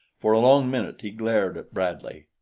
for a long minute he glared at bradley.